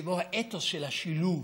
שבו האתוס של השילוב